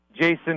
Jason